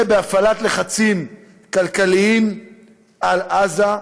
זה בהפעלת לחצים כלכליים על עזה,